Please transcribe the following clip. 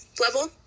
level